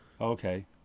okay